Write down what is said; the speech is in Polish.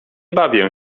bawię